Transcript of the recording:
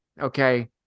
okay